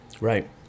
Right